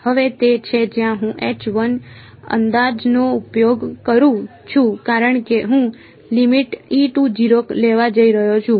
હવે તે છે જ્યાં હું અંદાજનો ઉપયોગ કરું છું કારણ કે હું લેવા જઈ રહ્યો છું